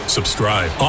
Subscribe